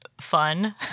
fun